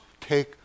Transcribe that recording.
take